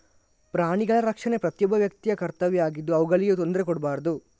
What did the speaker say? ಪ್ರಾಣಿಗಳ ರಕ್ಷಣೆ ಪ್ರತಿಯೊಬ್ಬ ವ್ಯಕ್ತಿಯ ಕರ್ತವ್ಯ ಆಗಿದ್ದು ಅವುಗಳಿಗೆ ತೊಂದ್ರೆ ಕೊಡ್ಬಾರ್ದು